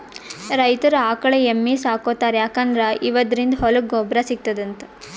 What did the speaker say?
ರೈತರ್ ಆಕಳ್ ಎಮ್ಮಿ ಸಾಕೋತಾರ್ ಯಾಕಂದ್ರ ಇವದ್ರಿನ್ದ ಹೊಲಕ್ಕ್ ಗೊಬ್ಬರ್ ಸಿಗ್ತದಂತ್